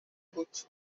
بود